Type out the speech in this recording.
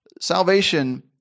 salvation